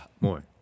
More